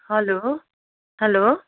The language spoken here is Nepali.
hello hello